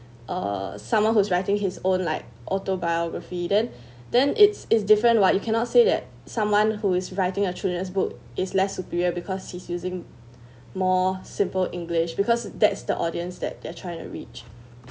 uh someone who's writing his own like autobiography then then it's is different what you cannot say that someone who is writing a children's book is less superior because he's using more simple english because that's the audience that they're trying to reach